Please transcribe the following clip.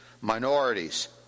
minorities